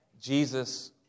Jesus